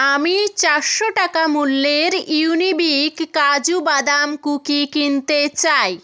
আমি চারশো টাকা মূল্যের ইউনিবিক কাজু বাদাম কুকি কিনতে চাই